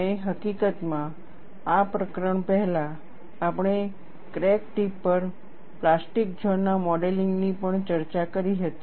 અને હકીકતમાં આ પ્રકરણ પહેલાં આપણે ક્રેક ટિપ પર પ્લાસ્ટિક ઝોન ના મોડેલિંગની પણ ચર્ચા કરી હતી